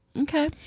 okay